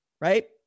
right